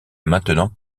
maintenant